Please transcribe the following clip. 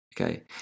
Okay